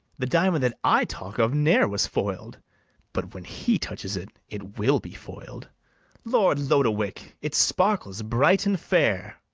the diamond that i talk of ne'er was foil'd but, when he touches it, it will be foil'd lord lodowick, it sparkles bright and fair.